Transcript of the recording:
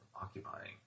occupying